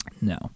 No